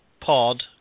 pod